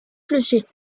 clocher